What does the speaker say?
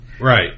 Right